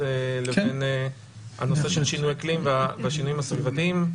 לבין הנושא של שינוי אקלים והשינויים הסביבתיים.